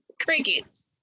crickets